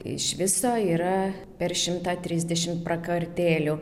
iš viso yra per šimtą trisdešim prakartėlių